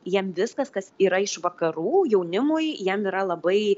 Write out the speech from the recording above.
jiem viskas kas yra iš vakarų jaunimui jiem yra labai